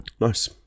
Nice